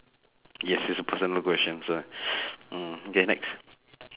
yes it's a personal question so mm okay next